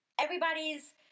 everybody's